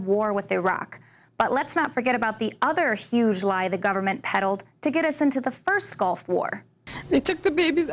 war with iraq but let's not forget about the other huge lie the government peddled to get us into the first gulf war we took the baby